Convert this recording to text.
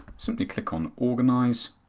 simply click on organize